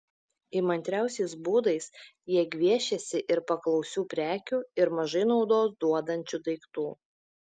įmantriausiais būdais jie gviešiasi ir paklausių prekių ir mažai naudos duodančių daiktų